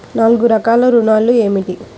నాలుగు రకాల ఋణాలు ఏమిటీ?